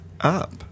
up